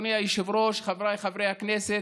אדוני היושב-ראש, חבריי חברי הכנסת,